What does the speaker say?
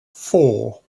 four